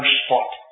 spot